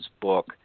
book